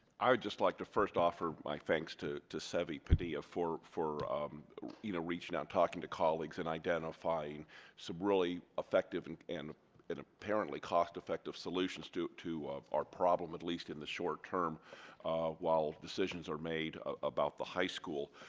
i just like to first offer my thanks to to seve padilla for for you know reaching out talking to colleagues and identifying some really effective and and an apparently cost-effective cost-effective solutions to to our problem at least in the short term while decisions are made ah about the high school